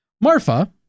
Marfa